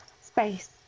Space